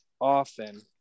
often